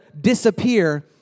disappear